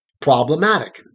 Problematic